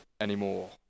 anymore